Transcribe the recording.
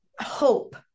hope